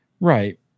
Right